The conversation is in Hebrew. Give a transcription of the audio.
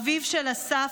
אביו של אסף,